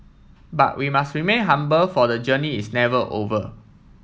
but we must remain humble for the journey is never over